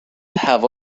هوا